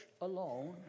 alone